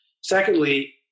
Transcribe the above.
Secondly